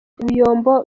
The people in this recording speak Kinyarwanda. biyombo